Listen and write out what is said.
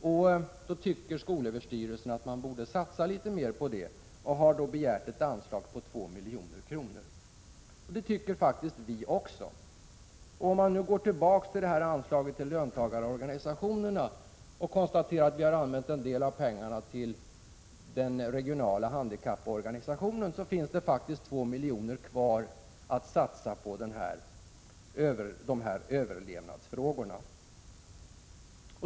Därför tycker skolöverstyrelsen att man borde satsa litet mera på detta och har begärt ett anslag på 2 miljoner. Det tycker faktiskt vi också. Om man ser på anslaget till löntagarorganisationerna kan vi konstatera att vi använt en del av pengarna till den regionala handikapporganisationen och att det faktiskt finns 2 miljoner kvar att satsa på de här överlevnadsfrågorna.